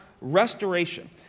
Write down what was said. restoration